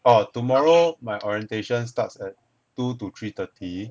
orh tomorrow my orientation starts at two to three thirty